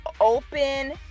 open